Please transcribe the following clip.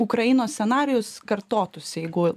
ukrainos scenarijus kartotųsi jeigu